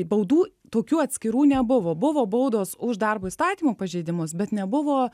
baudų tokių atskirų nebuvo buvo baudos už darbo įstatymų pažeidimus bet nebuvo